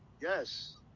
yes